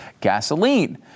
gasoline